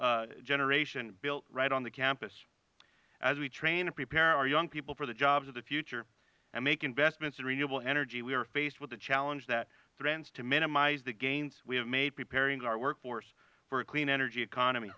size generation built right on the campus as we train and prepare our young people for the jobs of the future and make investments of renewable energy we are faced with the challenge that trends to minimize the gains we have made preparing our workforce for a clean energy economy